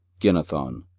ginnethon,